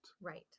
Right